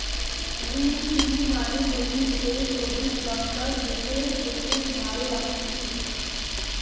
green chilli মানে হতিছে সবুজ লঙ্কা যেটো খেতে ঝাল লাগতিছে